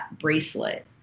bracelet